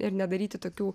ir nedaryti tokių